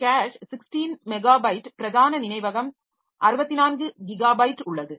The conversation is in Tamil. கேஷ் 16 மெகாபைட் பிரதான நினைவகம் 64 கிகாபைட் உள்ளது